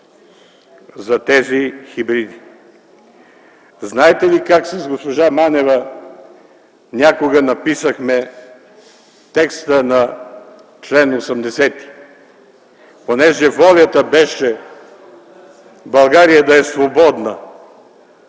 за тези хибриди. Знаете ли как с госпожа Манева някога написахме текста на чл. 80? Понеже волята беше България да е свободна